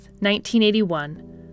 1981